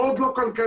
מאוד לא כלכלית.